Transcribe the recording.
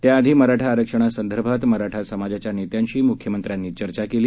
त्याआधी मराठा आरक्षणसंदर्भात मराठा समाजाच्या नेत्यांशी मुख्यमंत्र्यांनी चर्चा केली